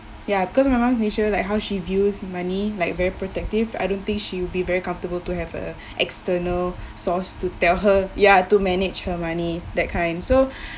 ya cause my mum's nature like how she views money like very protective I don't think she will be very comfortable to have a external source to tell her ya to manage her money that kind so